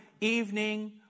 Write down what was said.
evening